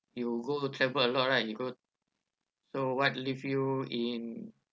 you go travel a lot right you go so what leave you in